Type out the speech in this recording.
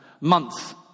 months